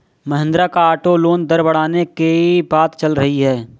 महिंद्रा का auto loan दर बढ़ने की बात चल रही है